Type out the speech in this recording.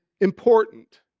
important